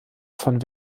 von